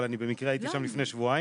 אבל אני במקרה הייתי שם לפני שבועיים,